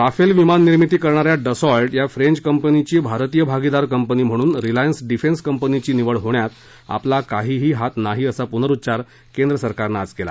Rafale विमान निर्मिती करणाऱ्या डसॉल्ट या फ्रेंच कंपनीची भारतीय भागिदार कंपनी म्हणून रिलायन्स डिफेन्स कंपनीची निवड होण्यात आपला काहिही हात नाही असा पुनरुच्चार केंद्र सरकारनं आज केला